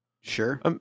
Sure